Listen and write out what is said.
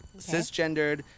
cisgendered